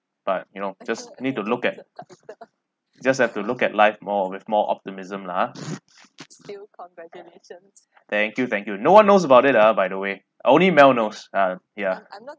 but you know just need to look at just have to look at life more with more optimism lah ah thank you thank you no one knows about it ah by the way only mel knows ah ya